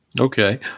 Okay